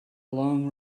long